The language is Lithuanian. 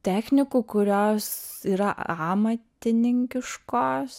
technikų kurios yra amatininkiškos